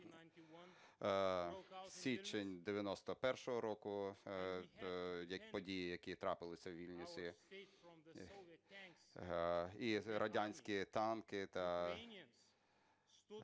січень 1991 року – події, які трапилися у Вільнюсі, і радянські танки…